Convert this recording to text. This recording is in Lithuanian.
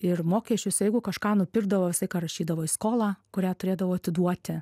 ir mokesčius jeigu kažką nupirkdavo visą laiką rašydavo į skolą kurią turėdavau atiduoti